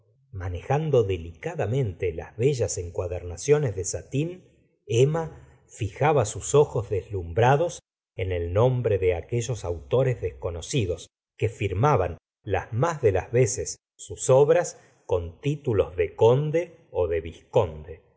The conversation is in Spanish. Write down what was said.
manejando delicadamente las bellas encuadernaciones de satín emma fijaba sus ojos deslumbrados en el nombre de aquellos autores desconocidos que firmaban las mas de las veces sus obras con títulos de conde de vizconde